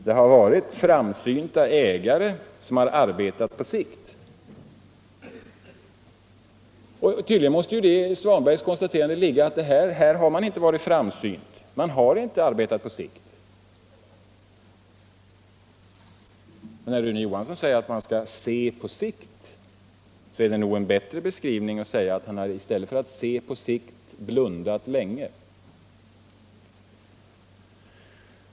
De har haft framsynta ägare som arbetat på sikt. Tydligen måste det i herr Svanbergs konstaterande ligga att här har man inte varit framsynt — man har inte arbetat på sikt. Rune Johansson säger att man skall se på sikt. Men det är nog en bättre beskrivning att säga att han i stället för att se på sikt har blundat länge.